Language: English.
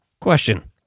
Question